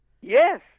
Yes